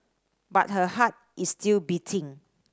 but her heart is still beating